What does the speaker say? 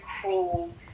cruel